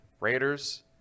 Raiders